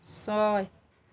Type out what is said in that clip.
ছয়